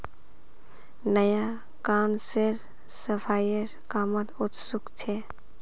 नया काउंसलर सफाईर कामत उत्सुक छ